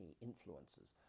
influences